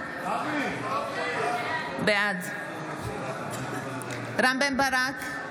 בעד רם בן ברק,